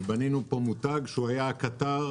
ובנינו מותג שהיה קטר.